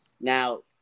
Now